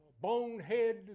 bonehead